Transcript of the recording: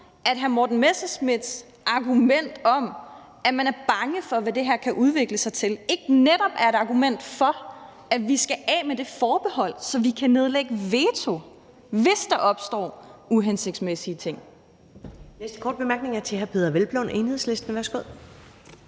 at hr. Morten Messerschmidts argument om, at man er bange for, hvad det her kan udvikle sig til, ikke netop er et argument for, at vi skal af med det forbehold, så vi kan nedlægge veto, hvis der opstår uhensigtsmæssige ting? Kl. 12:27 Første næstformand (Karen Ellemann): Den næste